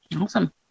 Awesome